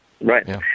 Right